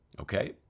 Okay